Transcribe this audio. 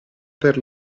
per